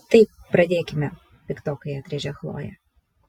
taip pradėkime piktokai atrėžė chlojė